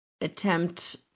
attempt